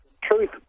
truth